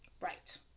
Right